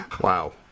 Wow